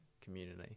community